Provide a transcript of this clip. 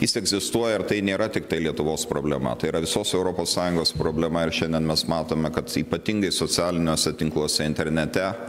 jis egzistuoja ar tai nėra tiktai lietuvos problema tai yra visos europos sąjungos problema ir šiandien mes matome kad ypatingai socialiniuose tinkluose internete